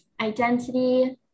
identity